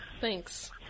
Thanks